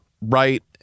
Right